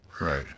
Right